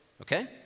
Okay